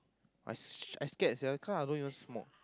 I I scared sia cause I don't even smoke